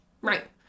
Right